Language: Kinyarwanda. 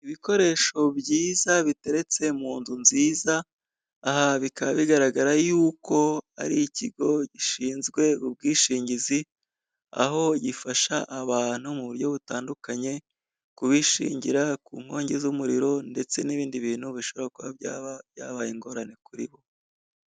Ibikoresho byiza biteretse mu nzu nziza, aha bikaba bigaragara yuko ari ikigo gishinzwe ubwishingizi aho gifasha abantu mu buryo butandukanye, kubishingira ku nkongi z'umuriro ndetse n'ibindi bintu bishobora byaba, byabaye ingorane kuri bo.